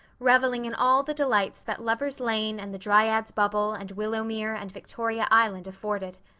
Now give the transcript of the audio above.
reveling in all the delights that lover's lane and the dryad's bubble and willowmere and victoria island afforded.